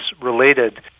related